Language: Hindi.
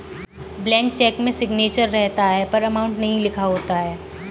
ब्लैंक चेक में सिग्नेचर रहता है पर अमाउंट नहीं लिखा होता है